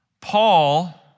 Paul